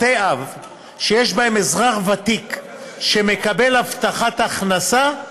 בתי אב שיש בהם אזרח ותיק שמקבל הבטחת הכנסה,